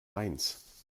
mainz